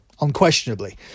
unquestionably